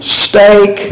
steak